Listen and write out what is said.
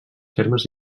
termes